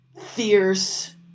fierce